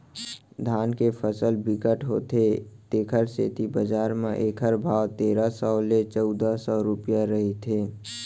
धान के फसल बिकट होथे तेखर सेती बजार म एखर भाव तेरा सव ले चउदा सव रूपिया रहिथे